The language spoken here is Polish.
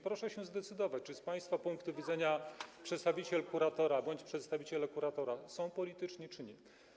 Proszę więc zdecydować się, czy z państwa punktu widzenia przedstawiciel kuratora jest polityczny bądź przedstawiciele kuratora są polityczni, czy nie.